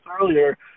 earlier